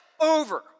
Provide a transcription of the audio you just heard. over